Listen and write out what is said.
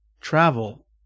travel